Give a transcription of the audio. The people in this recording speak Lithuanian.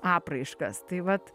apraiškas tai vat